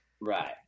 Right